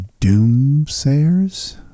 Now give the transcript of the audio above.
doomsayers